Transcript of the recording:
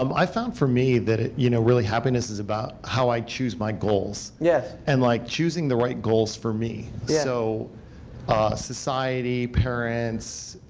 um i found for me that ah you know really, happiness is about how i choose my goals, yeah and like choosing the right goals for me. so society, parents,